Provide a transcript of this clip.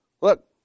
Look